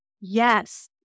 Yes